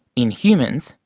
in humans,